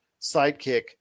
sidekick